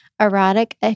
erotic